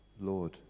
Lord